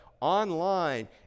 online